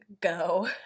go